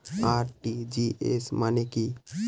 RTGS মানে টা কি?